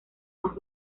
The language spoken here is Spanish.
más